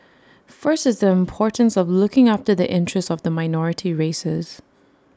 first is the importance of looking after the interest of the minority races